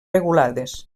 regulades